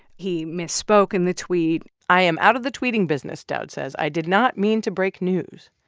he misspoke in the tweet i am out of the tweeting business, dowd says. i did not mean to break news.